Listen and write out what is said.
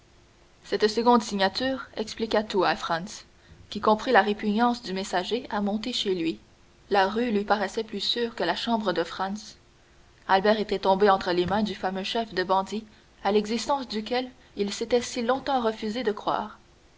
cette seconde signature expliqua tout à franz qui comprit la répugnance du messager à monter chez lui la rue lui paraissait plus sûre que la chambre de franz albert était tombé entre les mains du fameux chef de bandits à l'existence duquel il s'était si longtemps refusé de croire